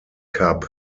cup